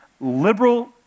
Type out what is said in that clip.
Liberal